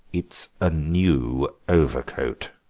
it's a new overcoat,